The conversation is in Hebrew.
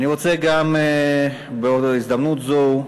אני רוצה גם, בהזדמנות זו,